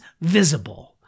visible